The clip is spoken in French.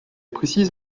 précise